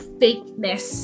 fakeness